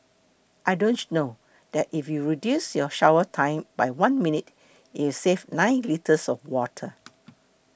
I don't know that if you reduce your shower time by one minute it save nine litres of water